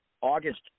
August